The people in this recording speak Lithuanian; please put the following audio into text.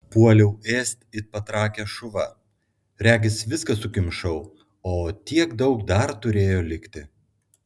puoliau ėsti it patrakęs šuva regis viską sukimšau o tiek daug dar turėjo likti